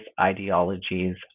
ideologies